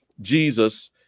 Jesus